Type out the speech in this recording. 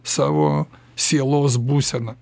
savo sielos būseną